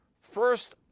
first